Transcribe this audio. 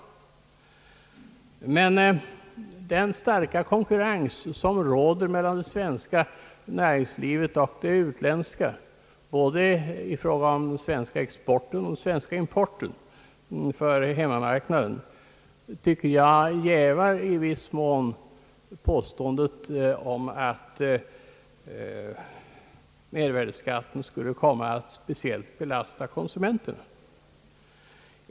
Den starka konkurrens som råder mellan svenskt näringsliv och utländskt både i fråga om den svenska exporten och den svenska importen för hemmamarknaden tycker jag i viss mån jävar påståendet om att en mervärdeskatt skulle komma att speciellt belasta konsumenterna.